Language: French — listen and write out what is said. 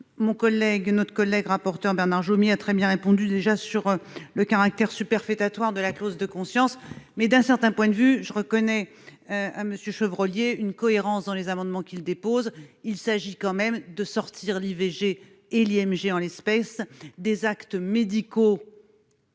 doutait ... Notre collègue rapporteur Bernard Jomier a très bien répondu sur le caractère superfétatoire de la clause de conscience. Mais, d'un certain point de vue, je reconnais à M. Chevrollier une cohérence dans les amendements qu'il dépose. Il s'agit tout de même de sortir l'IVG et l'IMG des actes médicaux